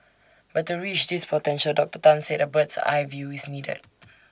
but to reach this potential Doctor Tan said A bird's eye view is needed